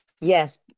Yes